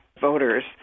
voters